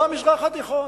זה המזרח התיכון.